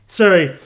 sorry